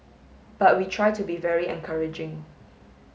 but we try to be very encouraging